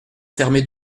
fermé